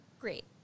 Great